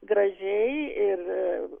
gražiai ir